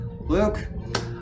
Luke